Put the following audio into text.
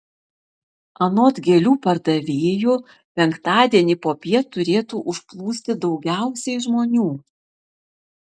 anot gėlių pardavėjų penktadienį popiet turėtų užplūsti daugiausiai žmonių